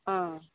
ஆ